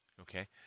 okay